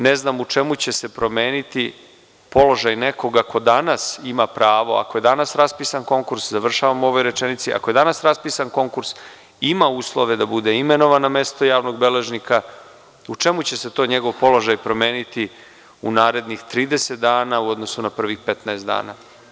Ne znam u čemu će se promeniti položaj nekoga ko danas ima pravo, ako je danas raspisan konkurs, završavam u ovoj rečenici, ima uslove da bude imenovan na mesto javnog beležnika, u čemu će se to njegov položaj promeniti u narednih 30 dana, u odnosu na prvih 15 dana?